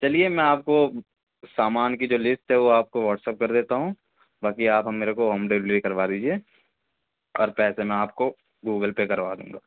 چلیے میں آپ کو سامان کی جو لسٹ ہے وہ آپ کو واٹس ایپ کر دیتا ہوں باقی آپ ہم میرے کو ہوم ڈلیوری کروا دیجیے اور پیسے میں آپ کو گوگل پے کروا دوں گا